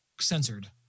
censored